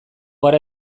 gara